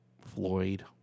Floyd